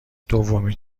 دومین